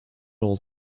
all